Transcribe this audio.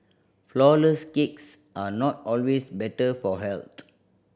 flourless cakes are not always better for health